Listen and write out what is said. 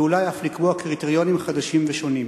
ואולי אף לקבוע קריטריונים חדשים ושונים.